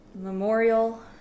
Memorial